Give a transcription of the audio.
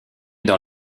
dans